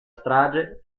strage